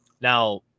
now